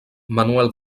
manuel